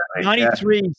93